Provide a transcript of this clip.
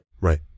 Right